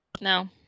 No